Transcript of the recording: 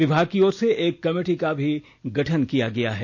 विभाग की ओर से एक कमेटी का भी गठन किया गया है